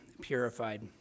purified